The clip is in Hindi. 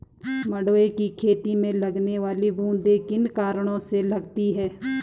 मंडुवे की खेती में लगने वाली बूंदी किन कारणों से लगती है?